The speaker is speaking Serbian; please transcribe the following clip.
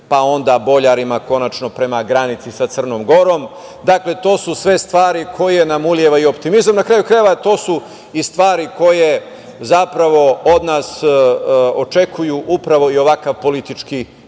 pa onda Boljarima konačno prema granici sa Crnom Gorom. Dakle to su sve stvari koje nam ulivaju optimizam. Na kraju krajeva, to su i stvari koje zapravo od nas očekuju upravo i ovakav politički